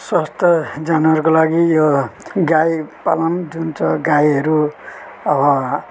स्वस्थ जानवरको लागि यो गाई पालन जुन छ गाईहरू